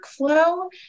workflow